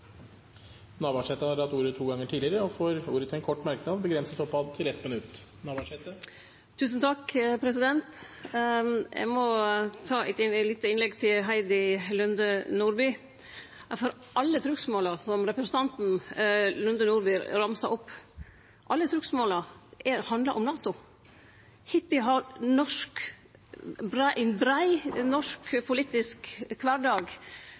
Navarsete har hatt ordet to ganger tidligere og får ordet til en kort merknad, begrenset til 1 minutt. Eg må ta eit lite innlegg til Heidi Nordby Lunde. Alle trugsmåla som representanten Nordby Lunde ramsa opp, handlar om NATO. Hittil har ein brei norsk